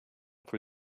for